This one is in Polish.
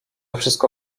wszystko